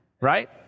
right